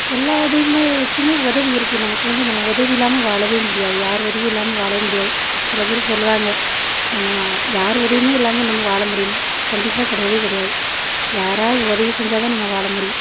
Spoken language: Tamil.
எல்லா இதையும் வைச்சியுமே உதவி இருக்குது நமக்கு வந்து நம்ம உதவி இல்லாமல் வாழவே முடியாது யார் உதவியும் இல்லாமல் வாழவே முடியாது சில பேர் சொல்வாங்க நம்ம யார் உதவியும் இல்லாமல் நம்ம வாழ முடியும்னு கண்டிப்பாக கிடையவே கிடையாது யாராவது உதவி செஞ்சால் தான் நம்ம வாழ முடியும்